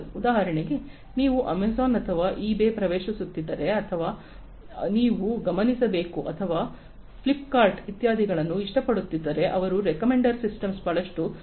ಉದಾಹರಣೆಗೆ ನೀವು ಅಮೆಜಾನ್ ಅಥವಾ ಇಬೇಗೆ ಪ್ರವೇಶಿಸುತ್ತಿದ್ದರೆ ಅಥವಾ ನೀವು ಗಮನಿಸಿರಬೇಕು ಅಥವಾ ಫ್ಲಿಪ್ಕಾರ್ಟ್ ಇತ್ಯಾದಿಗಳನ್ನು ಇಷ್ಟಪಡುತ್ತಿದ್ದರೆ ಅವರು ರಿಕಮೆಂಡರ್ ಸಿಸ್ಟಮ್ಸ್ ಬಹಳಷ್ಟು ಬಳಸುತ್ತಾರೆ